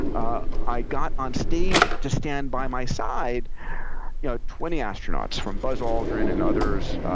i got on stage to stand by my side you know twenty astronauts, from buzz aldrin and others,